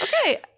Okay